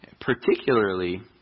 Particularly